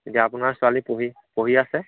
এতিয়া আপোনাৰ ছোৱালী পঢ়ি পঢ়ি আছে